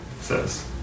says